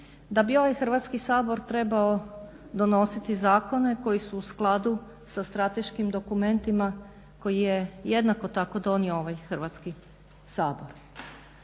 da bi ovaj Hrvatski sabor trebao donositi zakone koji su u skladu sa strateškim dokumentima koji je jednako tako donio ovaj Hrvatski sabor.